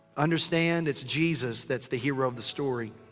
understand it's jesus that's the hero of the story.